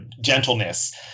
gentleness